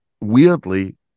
weirdly